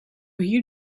hier